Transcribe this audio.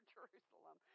Jerusalem